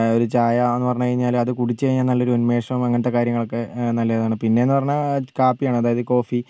ഒരു ചായാന്ന് പറഞ്ഞ് കഴിഞ്ഞാൽ അത് കുടിച്ച് കഴിഞ്ഞാൽ നല്ലൊരു ഉൻമേഷവും അങ്ങനത്തെ കാര്യങ്ങളൊക്കെ നല്ലതാണ് പിന്നെന്ന് പറഞ്ഞാൽ കാപ്പിയാണ് അതായത് കോഫി